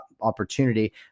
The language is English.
opportunity